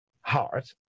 heart